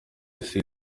isi